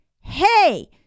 hey